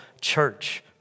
church